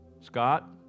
Scott